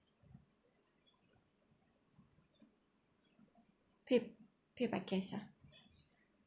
pa~ pay by cash ah